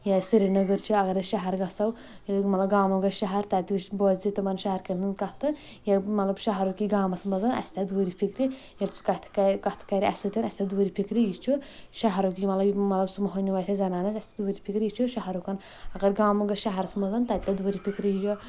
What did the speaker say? یا سرینگر چھُ اَگر أسۍ شہر گژھو ییٚلہِ مطلب گامُک گژھِ شہر تَتہِ یُس بوزِ تِمن شَہر کٮ۪ن ہٕنٛز کَتھٕ ییٚلہِ مطلب شہرُک ییہِ گامَس منٛز اَسہِ ترِ دوٗرِ فِکرِ ییٚلہِ سُہ کَتھ کرِ کتھٕ کرِ اَسہِ سۭتۍ اَسہِ ترِ دوٗر فِکر یہِ چھُ شہرُک یہِ مطلب یہِ مطلب سُہ موہنیوٗ آسہِ یا زَنان آسہِ اَسہِ ترِ دوٗرِ فِکر یہِ چھُ شَہرُک اَگر گامُک گژھِ شَہرس منٛز تَتہِ ترِ دوٗر فِکرِ یہِ